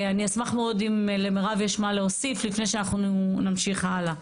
ואני אשמח מאוד אם למירב יש מה להוסיף לפני שאנחנו נמשיך הלאה.